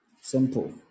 Simple